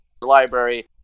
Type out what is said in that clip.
library